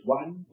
one